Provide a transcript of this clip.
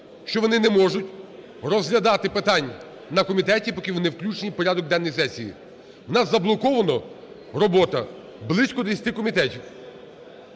що вони не можуть розглядати питання на комітеті, поки вони не включені в порядок денний сесії. У нас заблокована робота близько 10 комітетів.